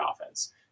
offense